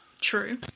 True